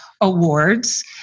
Awards